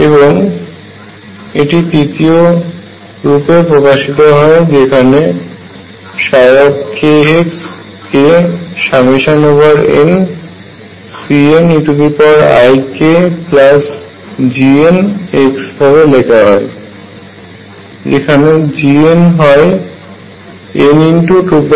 এবং এটি তৃতীয় রূপেও প্রকাশিত হয় যেখানে k কে nCneikGnx ভাবে লেখা হয় যেখান Gn হয় n2πa